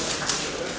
Hvala.